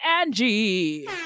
Angie